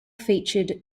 featured